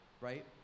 right